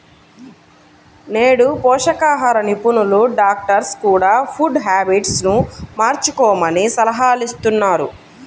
నేడు పోషకాహార నిపుణులు, డాక్టర్స్ కూడ ఫుడ్ హ్యాబిట్స్ ను మార్చుకోమని సలహాలిస్తున్నారు